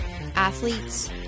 athletes